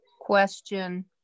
question